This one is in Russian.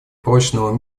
прочного